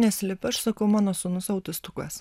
neslepiu aš sakau mano sūnus autistukas